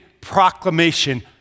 proclamation